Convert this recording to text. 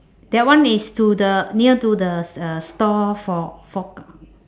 that one is to the near to the s~ uh store for forec~